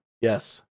Yes